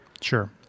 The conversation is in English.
Sure